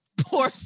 Poor